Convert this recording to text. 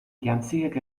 jantziek